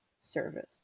Service